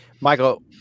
Michael